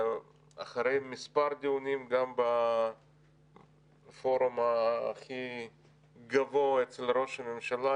אחרי מספר דיונים גם בפורום הכי גבוה אצל ראש הממשלה,